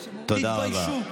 תתביישו.